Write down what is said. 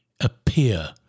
appear